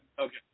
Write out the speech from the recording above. Okay